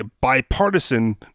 bipartisan